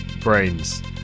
Brains